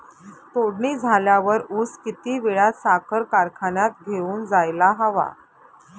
तोडणी झाल्यावर ऊस किती वेळात साखर कारखान्यात घेऊन जायला हवा?